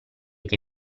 che